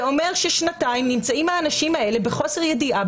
זה אומר שהאנשים האלה נמצאים כבר שנתיים בחוסר ידיעה,